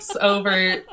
over